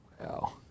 Wow